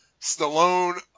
Stallone